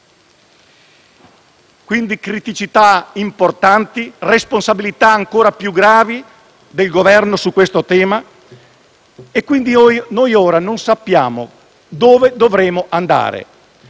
di criticità importanti e responsabilità ancora più gravi del Governo su questo tema. Pertanto, ora non sappiamo dove dovremo andare.